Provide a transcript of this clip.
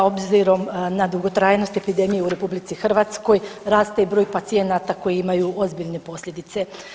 Obzirom na dugotrajnost epidemije u RH raste i broj pacijenata koji imaju ozbiljne posljedice.